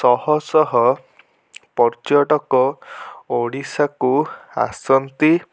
ଶହ ଶହ ପର୍ଯ୍ୟଟକ ଓଡ଼ିଶାକୁ ଆସନ୍ତି